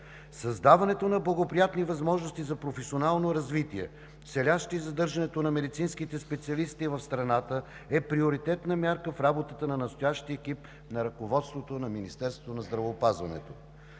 Създаването на благоприятни възможности за професионално развитие, целящи задържането на медицинските специалисти в страната, е приоритетна мярка в работата на настоящия екип на ръководството на Министерството на здравеопазването.